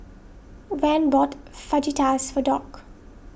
Van bought Fajitas for Dock